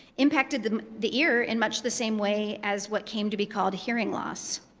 impacted the the ear in much the same way as what came to be called hearing loss.